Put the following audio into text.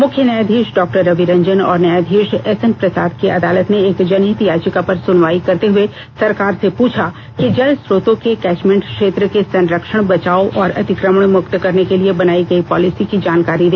मुख्य न्यायधीश डॉ रवि रंजन और न्यायधीश एसएन प्रसाद की अदालत ने एक जनहित याचिका पर सुनवाई करते हुए सरकार से पूछा कि जलस्रोतों के कैचमेंट क्षेत्र के संरक्षण बचाव और अति क्र मण मुक्त करने र्क लिए बनाई गई पॉलिसी की जानकारी दे